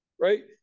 right